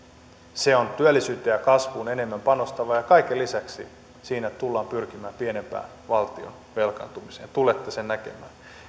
se on työllisyyteen ja kasvuun enemmän panostava ja kaiken lisäksi siinä tullaan pyrkimään pienempään valtion velkaantumiseen tulette sen näkemään